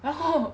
然后